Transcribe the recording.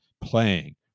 playing